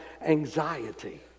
anxiety